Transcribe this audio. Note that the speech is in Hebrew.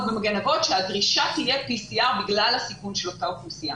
במגן אבות שהדרישה תהיה PCR בגלל הסיכון של אותה אוכלוסייה,